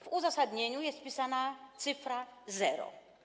W uzasadnieniu jest wpisana cyfra zero.